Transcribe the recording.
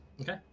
Okay